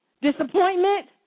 Disappointment